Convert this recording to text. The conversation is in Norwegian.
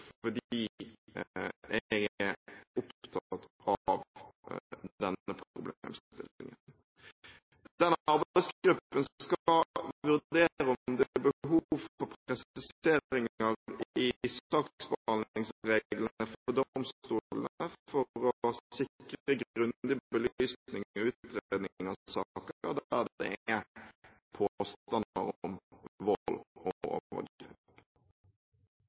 jeg er opptatt av denne problemstillingen. Denne arbeidsgruppen skal vurdere om det er behov for presiseringer i saksbehandlingsreglene for domstolene for å sikre grundig belysning og utredning av saker der det er påstander om vold og